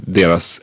deras